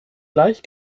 gleich